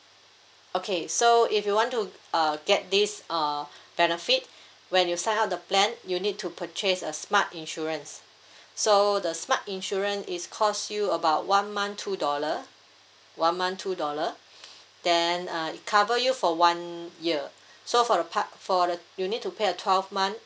okay so if you want to uh get this uh benefit when you sign up the plan you need to purchase a smart insurance so the smart insurance is cost you about one month two dollar one month two dollar then uh it cover you for one year so for the part for the you need to pay a twelve month